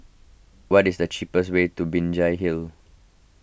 what is the cheapest way to Binjai Hill